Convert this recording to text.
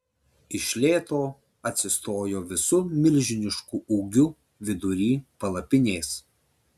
iš lėto atsistojo visu milžinišku ūgiu vidury palapinės